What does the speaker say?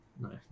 No